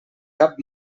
cap